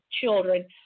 children